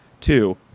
two